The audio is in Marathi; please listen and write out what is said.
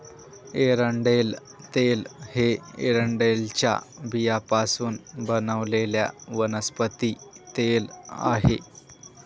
एरंडेल तेल हे एरंडेलच्या बियांपासून बनवलेले वनस्पती तेल आहे